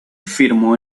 firmó